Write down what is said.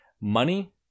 Money